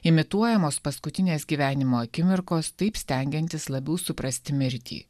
imituojamos paskutinės gyvenimo akimirkos taip stengiantis labiau suprasti mirtį